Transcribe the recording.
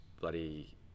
bloody